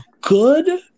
good